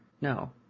No